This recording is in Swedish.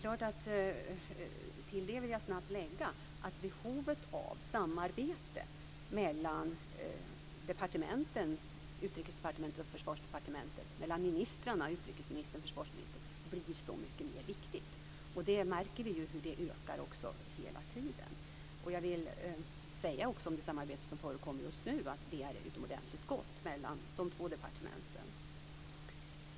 Till detta vill jag snabbt lägga att behovet av samarbete mellan departementen - Utrikesdepartementet och Försvarsdepartementet - och mellan ministrarna - utrikesministern och försvarsministern - blir så mycket mer viktigt. Vi märker ju också hur det ökar hela tiden. Jag vill också säga att det är ett utomordentligt gott samarbete som förekommer just nu mellan de två departementen.